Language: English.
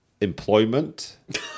employment